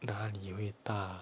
哪里会大